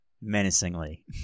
menacingly